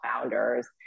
founders